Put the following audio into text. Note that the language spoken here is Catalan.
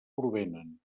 provenen